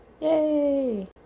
Yay